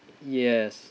yes